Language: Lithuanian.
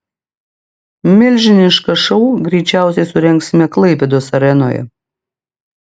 milžinišką šou greičiausiai surengsime klaipėdos arenoje